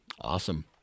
Awesome